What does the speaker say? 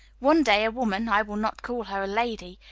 one day a woman, i will not call her a lady,